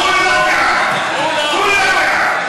כולם בעד.